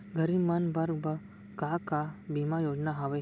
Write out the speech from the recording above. गरीब मन बर का का बीमा योजना हावे?